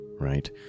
right